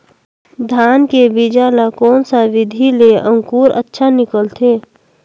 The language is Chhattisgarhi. धान के बीजा ला कोन सा विधि ले अंकुर अच्छा निकलथे?